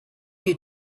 you